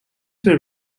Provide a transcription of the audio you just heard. were